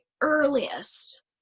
earliest